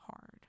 hard